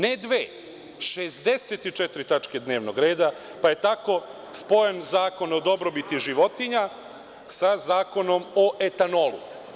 Ne dve, već 64 tačke dnevnog reda, pa je tako spojen Zakon o dobrobiti životinja sa Zakonom o etanolu.